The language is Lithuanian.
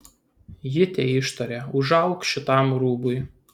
ji teištarė užauk šitam rūbui